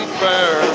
fair